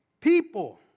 People